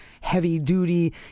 heavy-duty